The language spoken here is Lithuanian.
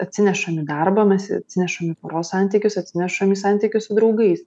atsinešam į darbą mes atsinešam poros santykius atsinešam į santykius su draugais